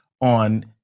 on